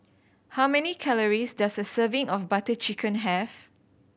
how many calories does a serving of Butter Chicken have